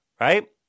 right